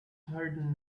heard